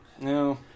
no